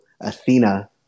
Athena